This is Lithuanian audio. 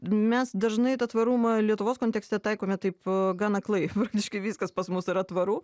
mes dažnai tą tvarumą lietuvos kontekste taikome taip gan aklai praktiškai viskas pas mus yra tvaru